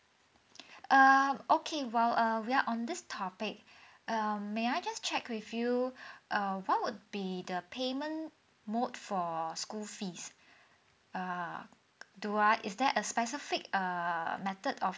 err okay well err we are on this topic um may I just check with you uh what would be the payment mode for school fees ah do are is there a specific err method of